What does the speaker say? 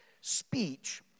Speech